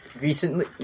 recently